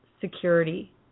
security